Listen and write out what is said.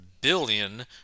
billion